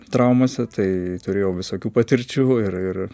traumose tai turėjau visokių patirčių ir ir